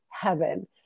heaven